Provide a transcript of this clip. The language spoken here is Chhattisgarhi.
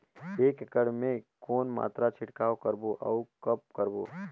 एक एकड़ मे के कौन मात्रा छिड़काव करबो अउ कब करबो?